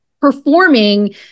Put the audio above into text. performing